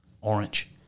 orange